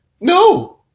No